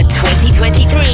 2023